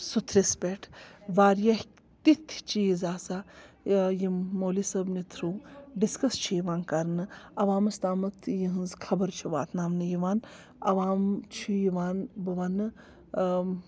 سوٚتھرِس پٮ۪ٹھ واریاہ تِتھۍ چیٖز آسان آ یِم مولوی صٲبنہِ تھرٛوٗ ڈِسکَس چھِ یِوان کَرنہٕ عوامَس تامَتھ یِہٕنٛز خبر چھِ واتناونہٕ یِوان عوام چھُ یِوان بہٕ وَنہٕ